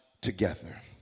together